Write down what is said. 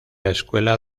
escuela